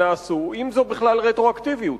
אם זו בכלל רטרואקטיביות?